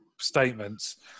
statements